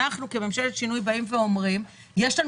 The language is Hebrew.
כממשלת שינוי אנחנו באים ואומרים שיש לנו